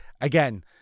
again